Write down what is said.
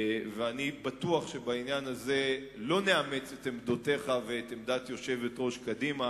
ואני בטוח שבעניין הזה לא נאמץ את עמדותיך ואת עמדת יושבת-ראש קדימה